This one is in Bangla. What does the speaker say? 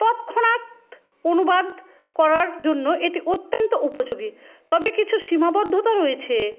তৎক্ষণাৎ অনুবাদ করার জন্য এটি অত্যন্ত উপযোগী তবে কিছু সীমাবদ্ধতা রয়েছে